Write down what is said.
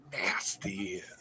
nasty